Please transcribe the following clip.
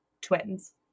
twins